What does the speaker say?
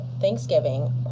Thanksgiving